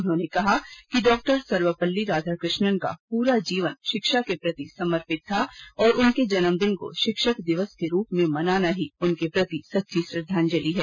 उन्होंने कहा कि डॉ सर्वपल्ली राधाकृष्णन का पूरा जीवन शिक्षा के प्रति समर्पित था और उनके जन्मदिन को शिक्षक दिवस के रूप में मनाना ही उनके प्रति सच्ची श्रद्धांजलि है